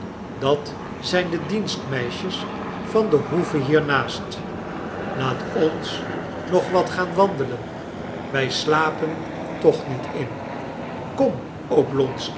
dat zijn de dienstmeisjes van de hoeve hiernaast laat ons nog wat gaan wandelen wij slapen toch niet in kom